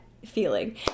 feeling